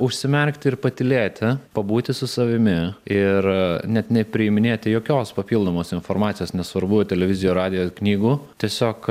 užsimerkti ir patylėti pabūti su savimi ir net nepriiminėti jokios papildomos informacijos nesvarbu televizija radijo knygų tiesiog